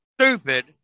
stupid